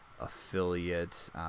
affiliate